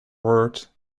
word